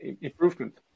improvement